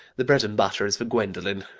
the bread and butter is for gwendolen.